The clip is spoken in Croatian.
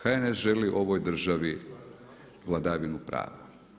HNS želi ovoj državi vladavinu prava.